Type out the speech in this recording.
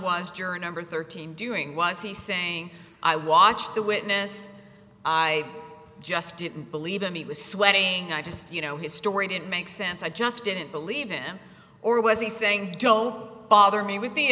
for thirteen doing was he saying i watched the witness i just didn't believe him he was sweating i just you know his story didn't make sense i just didn't believe him or was he saying don't bother me with the